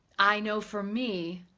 i know for me,